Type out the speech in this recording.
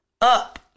up